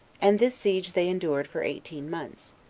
and this siege they endured for eighteen months,